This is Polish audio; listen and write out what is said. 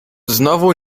znowu